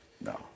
No